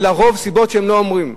ולרוב סיבות שהם לא אומרים,